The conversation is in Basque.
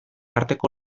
arteko